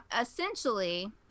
essentially